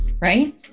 right